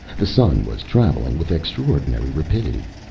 the sun was traveling with extraordinary rapidity.